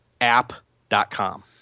app.com